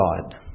God